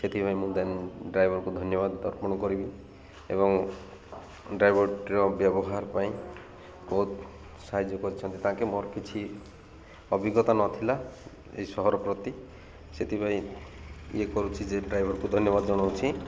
ସେଥିପାଇଁ ମୁଁ ଡ୍ରାଇଭର୍କୁ ଧନ୍ୟବାଦ ଅର୍ପଣ କରିବି ଏବଂ ଡ୍ରାଇଭର୍ର ବ୍ୟବହାର ପାଇଁ ବହୁତ ସାହାଯ୍ୟ କରିଛନ୍ତି ତାଙ୍କେ ମୋର କିଛି ଅଭିଜ୍ଞତା ନଥିଲା ଏ ସହର ପ୍ରତି ସେଥିପାଇଁ ଇଏ କରୁଛି ଯେ ଡ୍ରାଇଭର୍କୁ ଧନ୍ୟବାଦ ଜଣଉଛି